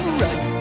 right